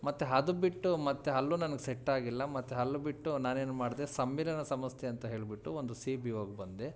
ಮತ್ತು ಅದು ಬಿಟ್ಟು ಮತ್ತು ಅಲ್ಲೂ ನನಗೆ ಸೆಟ್ ಆಗಲಿಲ್ಲ ಮತ್ತು ಅಲ್ಲೂ ಬಿಟ್ಟು ನಾನೇನು ಮಾಡಿದೆ ಸಮ್ಮಿಲನ ಸಂಸ್ಥೆ ಅಂತ ಹೇಳಿಬಿಟ್ಟು ಒಂದು ಸಿ ಬಿ ಓಗೆ ಬಂದೆ